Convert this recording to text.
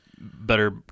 better